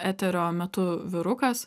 eterio metu vyrukas